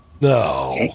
No